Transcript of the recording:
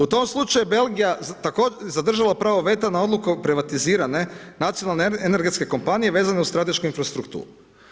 U tom slučaju Belgija je zadržala prava veta na odluku privatizirane nacionalne energetske kompanije, vezana uz stratešku infrastrukturu.